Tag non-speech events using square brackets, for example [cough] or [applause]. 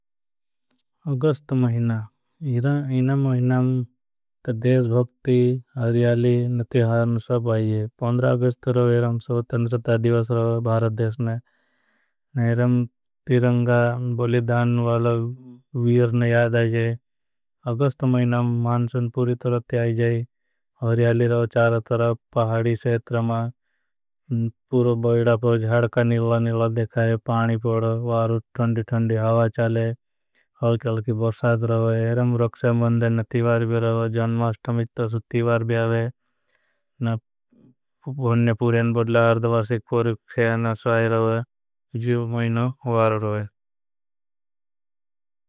अगस्त महिना इना महिनाम ते देश भोकती हरियाली। आने त्योहार ने सब आये अगस्त रवेरं सवतंद्रता दिवस। रवा है भारत देश न तीरंगा बलिधान वाला। [hesitation] वीरन याद आये अगस्त महिनाम मानसुन पूरी तरत्य आये। रवा चारा तरा पहाड़ी सेत्रमा पूरो बैड़ा पर जाड़का निला। निला देखाये पोड़ो वारो थंदी थंदी हावा चाले अलकी। बुर्साद रवे एरं रक्स्या मंदन नतिवार भी रवे ना। [hesitation] पूरें बड़ला आर्दवार सिक्पोर क्षिया। ना सुआये रवे महिनों वारो रवे।